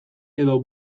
edo